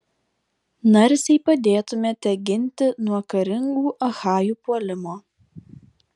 narsiai padėtumėte ginti nuo karingų achajų puolimo